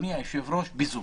אדוני היושב-ראש, בזום.